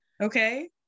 Okay